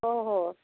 ଓ ହୋ